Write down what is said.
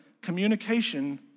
communication